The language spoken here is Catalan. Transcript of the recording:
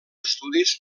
estudis